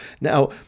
Now